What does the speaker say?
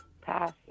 Pass